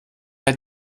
herr